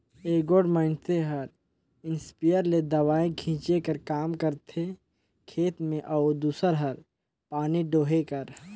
एगोट मइनसे हर इस्पेयर ले दवई छींचे कर काम करथे खेत में अउ दूसर हर पानी डोहे कर